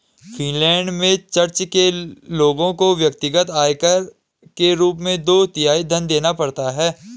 Finland में church के लोगों को व्यक्तिगत आयकर के रूप में दो तिहाई धन देना पड़ता है